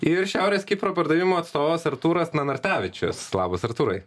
ir šiaurės kipro pardavimų atstovas artūras nanartavičius labas artūrai